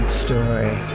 story